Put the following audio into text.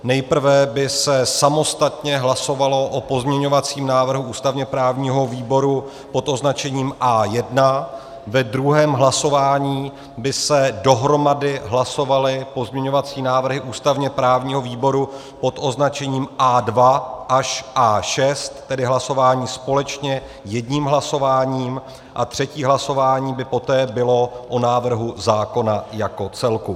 Nejprve by se samostatně hlasovalo o pozměňovacím návrhu ústavněprávního výboru pod označením A1, ve druhém hlasování by se dohromady hlasovaly pozměňovacími návrhy ústavněprávního výboru pod označením A2 až A6, tedy hlasování společně jedním hlasováním, a třetí hlasování by poté bylo o návrhu zákona jako celku.